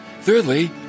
Thirdly